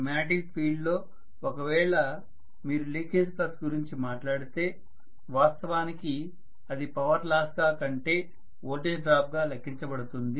magnetic field లో ఒకవేళ మీరు లీకేజ్ ఫ్లక్స్ గురించి మాట్లాడితే వాస్తవానికి అది పవర్ లాస్ గా కంటే వోల్టేజ్ డ్రాప్ గా లెక్కించబడుతుంది